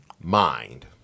Mind